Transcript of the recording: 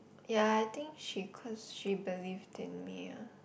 ya I think she cause she believed in me ah